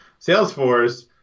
Salesforce